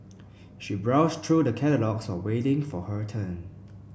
she browsed through the catalogues so waiting for her turn